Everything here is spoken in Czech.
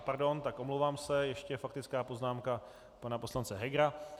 Pardon, omlouvám se, ještě faktická poznámka pana poslance Hegera .